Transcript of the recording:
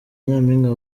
nyampinga